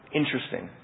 interesting